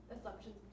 assumptions